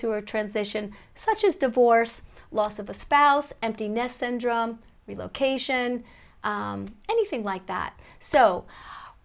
through a transition such as divorce loss of a spouse empty nest syndrome relocation anything like that so